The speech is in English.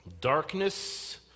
Darkness